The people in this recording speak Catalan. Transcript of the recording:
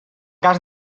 cas